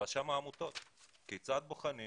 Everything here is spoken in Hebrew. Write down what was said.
יש את רשם העמותות והשאלה היא כיצד בוחנים